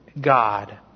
God